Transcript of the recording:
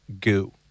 goo